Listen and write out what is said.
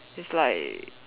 it's like